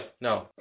No